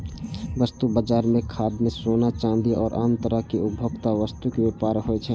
वस्तु बाजार मे खाद्यान्न, सोना, चांदी आ आन तरहक उपभोक्ता वस्तुक व्यापार होइ छै